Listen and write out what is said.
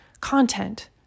content